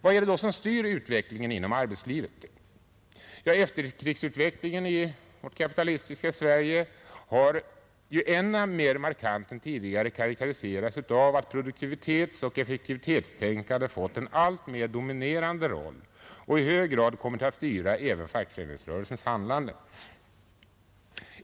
Vad är det då som styr utvecklingen inom arbetslivet? Ja, efterkrigsutvecklingen i vårt kapitalistiska Sverige har än mer markant än tidigare karakteriserats av att produktivitetsoch effektivitetstänkandet har fått en alltmer dominerande roll och i hög grad kommit att styra även fackföreningsrörelsens handlande.